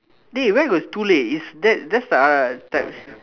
dey where got too late is that that's the uh the